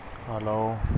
Hello